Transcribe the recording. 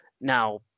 Now